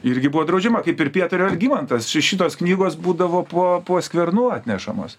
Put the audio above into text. irgi buvo draudžiama kaip ir pietario algimantas šitos knygos būdavo po po skvernu atnešamos